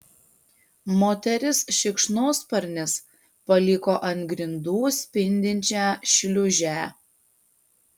moteris šikšnosparnis paliko ant grindų spindinčią šliūžę